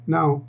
Now